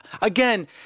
again